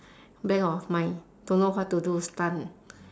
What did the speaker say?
blank of mind don't know what to do stun